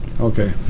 Okay